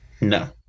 No